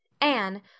Anne